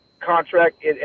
contract